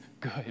good